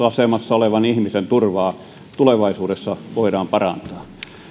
asemassa olevan ihmisen turvaa tulevaisuudessa voidaan parantaa